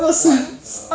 你这样多